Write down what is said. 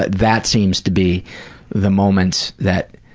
that seems to be the moments that